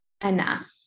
enough